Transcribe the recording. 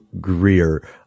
Greer